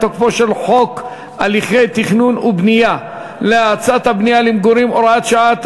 תוקפו של חוק הליכי תכנון ובנייה להאצת הבנייה למגורים (הוראת שעה),